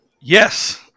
Yes